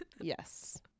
yes